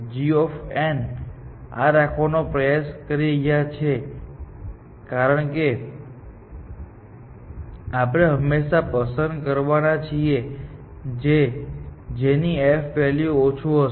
g આ રાખવાનો પ્રયાસ કરી રહ્યા છે કારણ કે આપણે હંમેશાં પસંદ કરવાના છીએ જેની f વેલ્યુ ઓછું હશે